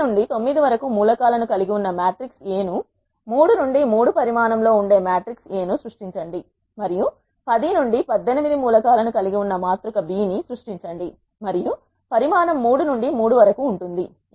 1 నుండి 9 వరకు మూలకాలను కలిగి ఉన్న మ్యాట్రిక్స్ A ను 3 నుండి 3 పరిమాణం లో ఉండే మ్యాట్రిక్స్ A ని సృష్టించండి మరియు 10 నుండి 18 మూలకాలను కలిగి ఉన్న మాతృక B ని సృష్టించండి మరియు పరిమాణం 3 నుండి 3 వరకు ఉంటుంది